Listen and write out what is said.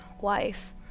wife